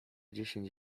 dziesięć